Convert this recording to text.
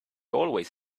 always